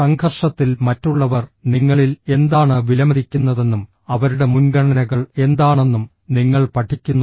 സംഘർഷത്തിൽ മറ്റുള്ളവർ നിങ്ങളിൽ എന്താണ് വിലമതിക്കുന്നതെന്നും അവരുടെ മുൻഗണനകൾ എന്താണെന്നും നിങ്ങൾ പഠിക്കുന്നു